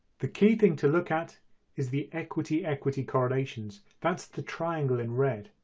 the key thing to look at is the equity equity correlations that's the triangle in red.